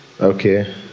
okay